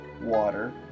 water